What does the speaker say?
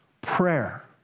prayer